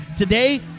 Today